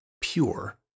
pure